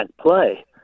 play